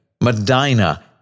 Medina